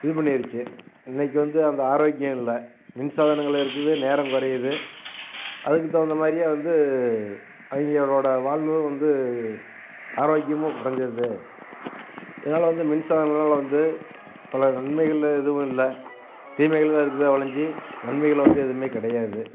இது பண்ணிருச்சு இன்றைக்கி வந்து அந்த ஆரோக்கியம் இல்லை மின்சாதனங்கள் இருக்குது நேரங்குறையுது அதுக்கு தகுந்த மாதிரியே வந்து அவங்களோட வாழ்வு வந்து ஆரோக்கியமும் குறஞ்சிருது இதனால் வந்து மின்சாதனங்களால் வந்து பல நன்மைகளெலாம் எதுவும் இல்லை தீமைகள்தான் இருக்குதே ஒழிஞ்சு நன்மைகள் வந்து எதுவுமே கிடையாது